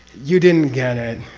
you didn't get it,